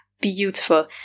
beautiful